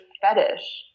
fetish